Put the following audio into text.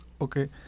Okay